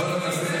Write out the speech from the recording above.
בכל אופן,